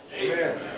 Amen